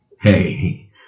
Hey